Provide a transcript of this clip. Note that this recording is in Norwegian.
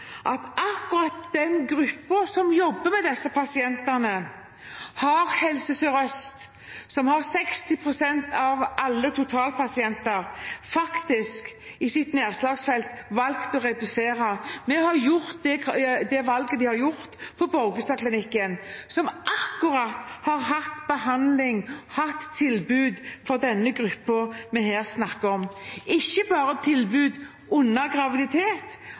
at akkurat den gruppen som jobber med disse pasientene, har Helse Sør-Øst, som har 60 pst. av alle totalpasienter, faktisk valgt å redusere i sitt nedslagsfelt. De har tatt det valget på Borgestadklinikken, som har tilbudt behandling til og hatt tilbud for den gruppen vi snakker om her – ikke bare tilbud under graviditet